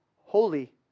holy